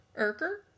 Urker